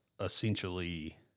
essentially